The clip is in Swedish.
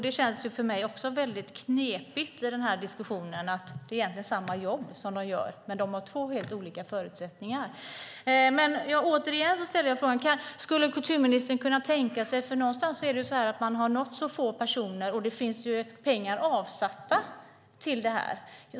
Det känns knepigt för mig i denna diskussion att dessa personer gör samma jobb men med helt olika förutsättningar. Få personer har nåtts, och det finns pengar avsatta.